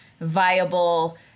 viable